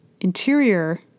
interior